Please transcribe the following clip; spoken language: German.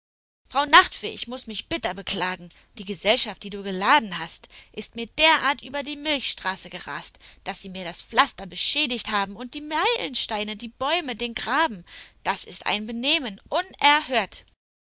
frau nachtfee ich muß mich bitter beklagen die gesellschaft die du geladen hast ist mir derart über die milchstraße gerast daß sie mir das pflaster beschädigt haben und die meilensteine die bäume den graben das ist ein benehmen unerhört